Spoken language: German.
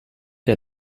der